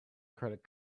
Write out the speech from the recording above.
credit